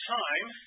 time